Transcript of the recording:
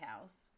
house